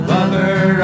Lover